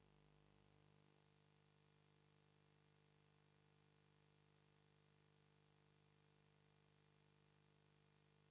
Grazie,